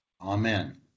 Amen